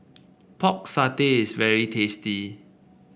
Pork Satay is very tasty